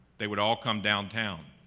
they would all come downtown,